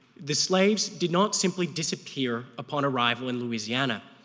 the slaves did not simply disappear upon arrival in louisiana,